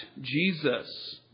Jesus